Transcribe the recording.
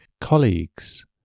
colleagues